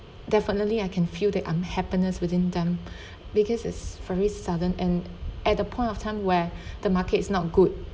definitely I can feel the unhappiness within them because it's very sudden and at the point of time where the market is not good